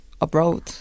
abroad